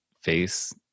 face